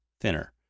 thinner